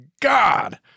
God